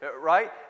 right